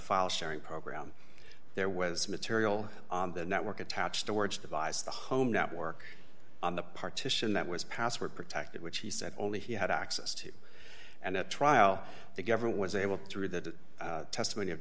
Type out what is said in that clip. file sharing program there was material on the network attached storage device the home network on the partition that was password protected which he said only he had access to and at trial the government was able to read the testimony of